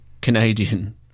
Canadian